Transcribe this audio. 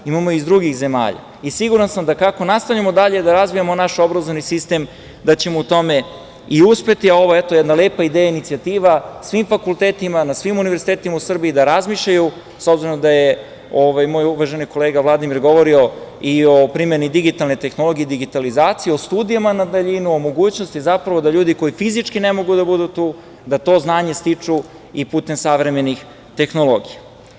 Siguran sam kako nastavljamo dalje da razvijamo naš obrazovni sistem, da ćemo u tome i uspeti, a ovo je jedna lepa ideja i inicijativa na svim fakultetima, na svim univerzitetima u Srbiji da razmišljaju, s obzirom da je moj uvaženi kolega Vladimir govorio i o primeni digitalne tehnologije i digitalizaciji, o studijama na daljinu, o mogućnosti zapravo da ljudi koji fizički ne mogu da budu tu, da to znanje stiču i putem savremenih tehnologija.